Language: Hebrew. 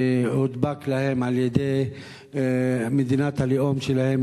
שהודבק להם על-ידי מדינת הלאום שלהם,